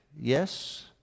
yes